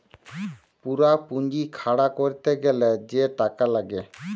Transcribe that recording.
পুরা পুঁজি খাড়া ক্যরতে গ্যালে যে টাকা লাগ্যে